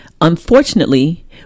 Unfortunately